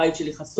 הבית שלי חשוף,